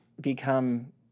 become